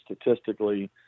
statistically